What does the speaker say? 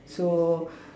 so